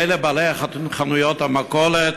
אלה בעלי חנויות המכולת,